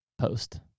post